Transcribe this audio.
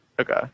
Okay